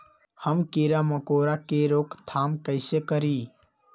हम किरा मकोरा के रोक थाम कईसे करी?